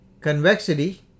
Convexity